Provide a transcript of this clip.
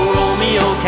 Romeo